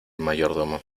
mayordomo